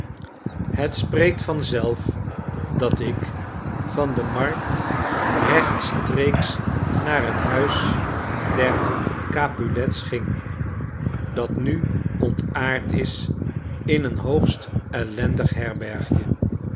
het spreekt vanzelf dat ik van de markt rechtstreeks naar het huis der oapulets ging dat nu ontaard is in een hoogst ellendig herbergje